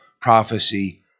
prophecy